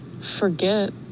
forget